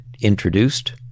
introduced